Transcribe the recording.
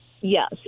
yes